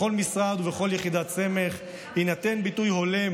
בכל משרד ובכל יחידת סמך יינתן ביטוי הולם,